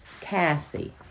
Cassie